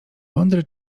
mądry